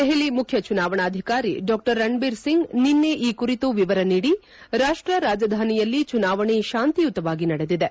ದೆಹಲಿ ಮುಖ್ಯ ಚುನಾವಣಾಧಿಕಾರಿ ಡಾ ರಣಬೀರ್ ಸಿಂಗ್ ನಿನ್ನೆ ಈ ಕುರಿತು ವಿವರ ನೀಡಿ ರಾಷ್ಟ ರಾಜಧಾನಿಯಲ್ಲಿ ಚುನಾವಣೆ ಶಾಂತಿಯುತವಾಗಿ ನಡೆದಿದೆ